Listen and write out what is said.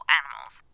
animals